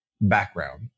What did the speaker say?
background